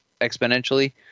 exponentially